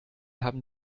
haben